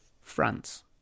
France